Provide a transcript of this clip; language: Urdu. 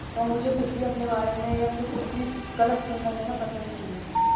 تو مجھے کچھ بھی اپنے بارے میں یا پھر کچھ بھی غلط سُننا جو ہے نا پسند نہیں ہے